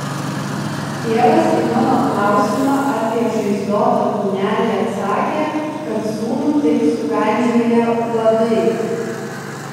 tėvas į mano klausimą apie žaizdotą kūnelį atsakė kad sūnų taip sukandžioję uodai